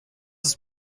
ist